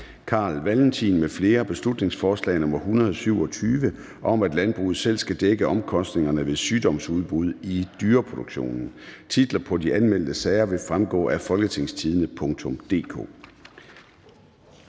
til folketingsbeslutning om, at landbruget selv skal dække omkostningerne ved sygdomsudbrud i dyreproduktionen). Titler på de anmeldte sager vil fremgå af www.folketingstidende.dk